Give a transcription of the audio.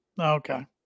Okay